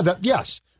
yes